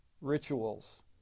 rituals